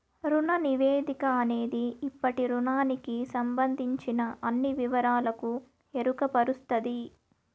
రుణ నివేదిక అనేది ఇప్పటి రుణానికి సంబందించిన అన్ని వివరాలకు ఎరుకపరుస్తది